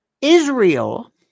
Israel